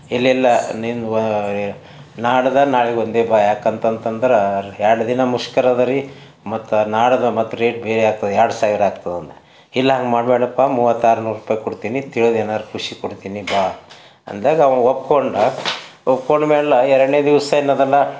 ಇಲ್ಲ ಇಲ್ಲ ನಿಂಗೆ ವ ನಾಡದ ನಾಳಿಗೆ ಒಂದೇ ಪಾ ಯಾಕಂತಂದ್ರೆ ಎರಡು ದಿನ ಮುಷ್ಕರ ಅದರಿ ಮತ್ತು ನಾಡಿದ್ದು ಮತ್ತು ರೇಟ್ ಬೇರೆ ಆಗ್ತದ ಎರಡು ಸಾವಿರ ಆಗ್ತದಂದ ಇಲ್ಲ ಹಂಗೆ ಮಾಡ್ಬೇಡಪ್ಪಾ ಮೂವತ್ತಾರ್ನೂರು ರೂಪಾಯಿ ಕೊಡ್ತೀನಿ ತಿಳ್ದು ಏನಾದ್ರು ಖುಷಿಗೆ ಕೊಡ್ತೀನಿ ಬಾ ಅಂದಾಗ ಅವ ಒಪ್ಕೊಂಡ ಒಪ್ಕೊಂಡ್ಮೇಲೆ ಎರಡನೇ ದಿವಸ ಏನದಲ್ಲ